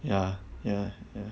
ya ya ya